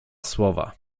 słowa